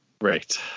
Right